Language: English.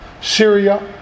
Syria